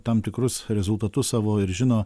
tam tikrus rezultatus savo ir žino